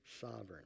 sovereign